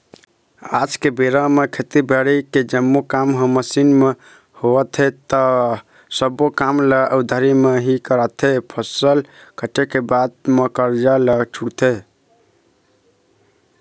आज के बेरा म खेती बाड़ी के जम्मो काम ह मसीन म होवत हे ता सब्बो काम ल उधारी म ही करवाथे, फसल कटे के बाद म करजा ल छूटथे